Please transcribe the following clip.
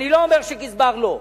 אני לא אומר שגזבר לא,